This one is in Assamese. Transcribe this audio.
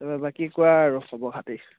বাকী কোৱা আৰু খবৰ খাতি